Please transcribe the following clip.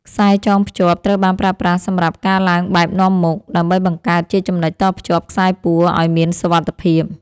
ខ្សែចងភ្ជាប់ ត្រូវបានប្រើប្រាស់សម្រាប់ការឡើងបែបនាំមុខ ដើម្បីបង្កើតជាចំណុចតភ្ជាប់ខ្សែពួរឱ្យមានសុវត្ថិភាព។